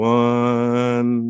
one